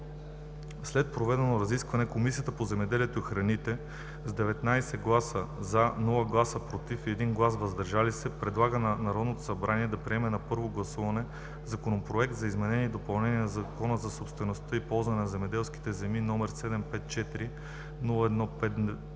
След проведените разисквания, Комисията по земеделието и храните: 1. С 19 гласа “за”, без “против” и 1 глас “въздържал се” предлага на Народното събрание да приеме на първо гласуване законопроект за изменение и допълнение на Закона за собствеността и ползването на земеделските земи, № 754-01-52,